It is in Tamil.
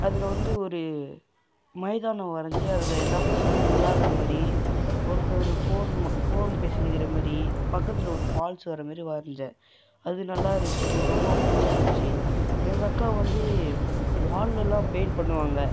அதில் வந்து ஒரு மைதானம் வரைஞ்சி அதில் எல்லா பசங்களும் விளாடுற மாதிரி ஒருத்தவரு ஃபோன் ஃபோன் பேசின்னு இருக்கிற மாதிரி பக்கத்தில் ஒரு ஃபால்ஸ் வர மாதிரி வரைஞ்சேன் அது நல்லா இருந்துச்சு எனக்கு ரொம்பவும் பிடிச்சிருந்துச்சி எங்கள் அக்கா வந்து வாலில்லாம் பெயிண்ட் பண்ணுவாங்க